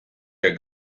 der